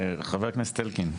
חבר הכנסת אלקין.